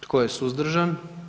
Tko je suzdržan?